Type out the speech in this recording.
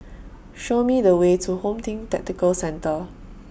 Show Me The Way to Home Team Tactical Centre